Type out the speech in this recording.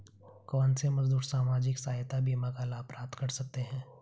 कौनसे मजदूर सामाजिक सहायता बीमा का लाभ प्राप्त कर सकते हैं?